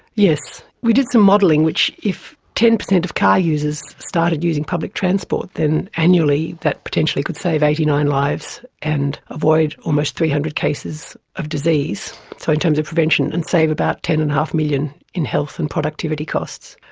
yes, we did some modelling, which if ten percent of car users started using public transport, then annually that potentially could save eighty nine lives and avoid almost three hundred cases of disease, so in terms of prevention, and save about ten dollars. five million in health and productivity costs.